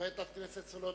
חברת הכנסת סולודקין,